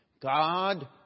god